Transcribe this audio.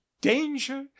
danger